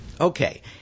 Okay